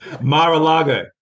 Mar-a-Lago